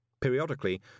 Periodically